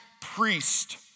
priest